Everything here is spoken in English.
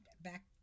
back